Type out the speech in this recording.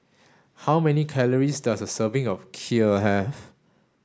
how many calories does a serving of Kheer have